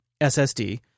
SSD